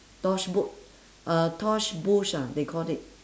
tosh burch uh tosh burch ah they call it